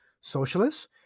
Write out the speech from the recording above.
socialists